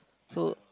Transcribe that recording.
so